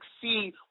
succeed